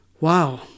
Wow